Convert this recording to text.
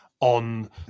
on